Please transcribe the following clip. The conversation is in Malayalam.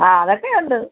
ആ അതൊക്കെയുണ്ട്